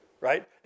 right